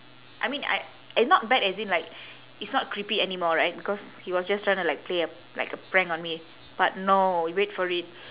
I mean I it's not bad as in like it's not creepy anymore right because he was just trying to like play a like a prank on me but no you wait for it